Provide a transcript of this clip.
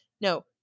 no